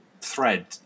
thread